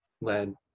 led